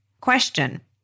question